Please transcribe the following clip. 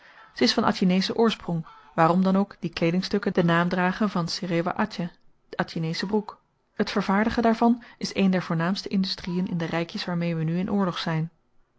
ze is van atjineschen oorsprong waarom dan ook die kleedingstukken den naam dragen van serewah atjeh atjinesche broek het vervaardigen daarvan is een der voornaamste industrien in de rykjes waarmee we nu in oorlog zyn